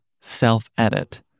self-edit